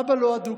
'אבא לא אדוק'.